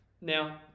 Now